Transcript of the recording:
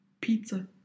Pizza